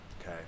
Okay